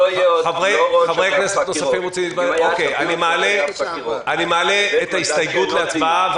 אני מעלה את ההסתייגות להצבעה.